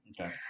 Okay